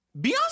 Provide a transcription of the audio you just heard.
Beyonce